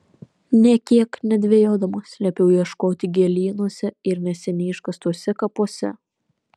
nė kiek nedvejodamas liepiau ieškoti gėlynuose ir neseniai iškastuose kapuose